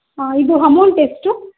ಹಾಂ ಇದು ಅಮೌಂಟ್ ಎಷ್ಟು